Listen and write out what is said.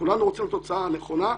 כולנו רוצים תוצאה נכונה.